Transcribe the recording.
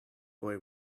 boy